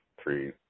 three